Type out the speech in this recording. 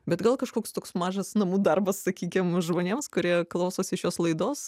bet gal kažkoks toks mažas namų darbas sakykim žmonėms kurie klausosi šios laidos